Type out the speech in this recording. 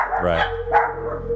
Right